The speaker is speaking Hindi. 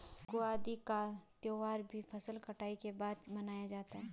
युगादि का त्यौहार भी फसल कटाई के बाद मनाया जाता है